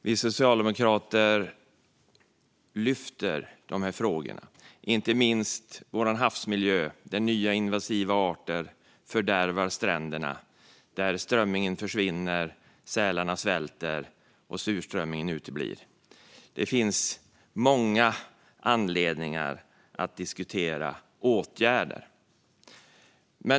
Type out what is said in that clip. Vi socialdemokrater lyfter de här frågorna - inte minst vår havsmiljö, där nya invasiva arter fördärvar stränderna, strömmingen försvinner, sälarna svälter och surströmmingen uteblir. Det finns många anledningar att diskutera åtgärder.